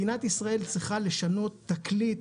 מדינת ישראל צריכה לשנות תקליט,